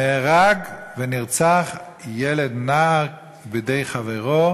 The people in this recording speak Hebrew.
נהרג ונרצח ילד, נער, בידי חברו.